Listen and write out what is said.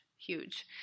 huge